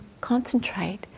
concentrate